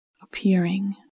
appearing